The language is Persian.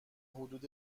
حدود